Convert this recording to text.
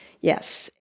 yes